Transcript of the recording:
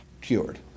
cured